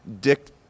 dick